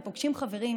הם פוגשים חברים,